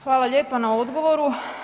Hvala lijepa na odgovoru.